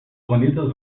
bonitas